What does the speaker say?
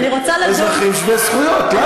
אזרחים שווי זכויות.